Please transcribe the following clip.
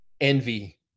envy